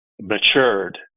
matured